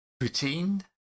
routine